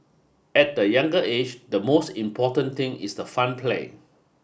at the younger age the most important thing is the fun play